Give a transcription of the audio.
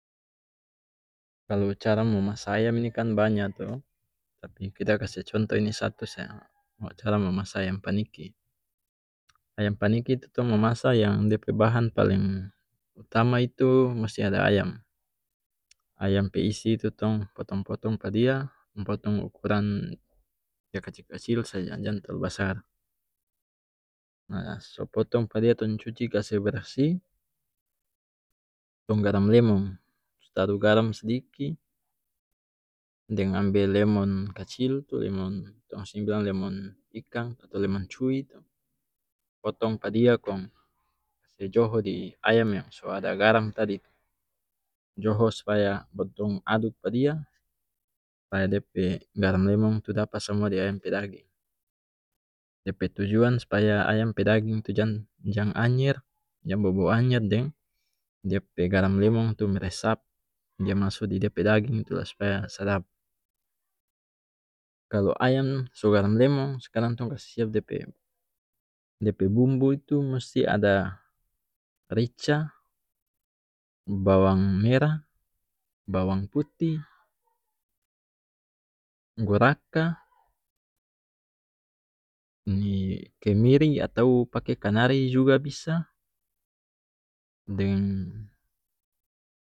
Kalu cara momasa ayam ini kan banya to tapi kita kase contoh ini satu saja cara momasa ayam paniki ayam paniki tu tong momasa yang dia pe bahan paleng utama itu musi ada ayam ayam pe isi tu tong potong potong pa dia tong potong ukuran dia kacil kacil saja jang talu basar nah so potong pa dia tong cuci kase bersih tong garam lemong taru garam sdiki deng ambe lemon kacil tu lemong tong sini bilang lemong ikang atau lemong cui tu potong pa dia kong kase joho di ayam yang so ada garam tadi tu joho spaya baru tong aduk pa dia spaya dia pe garam lemong tu dapa samua di ayam pe daging dia pe tujuan spaya ayam pe daging tu jang jang anyer jang bobou anyer deng dia pe garam lemong tu meresap dia maso di dia pe daging tu la supaya sadap kalu ayam so garam lemong skarang tong kase siap dia pe dia pe bumbu itu musi ada rica bawang merah bawang putih goraka ni kemiri atau pake kanari juga bisa deng.